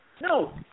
No